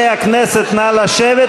אין הסתייגויות.